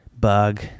bug